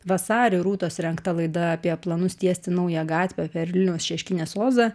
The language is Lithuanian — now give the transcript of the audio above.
vasarį rūtos rengta laida apie planus tiesti naują gatvę per vilniaus šeškinės ozą